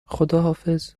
خداحافظ